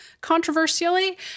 controversially